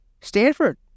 Stanford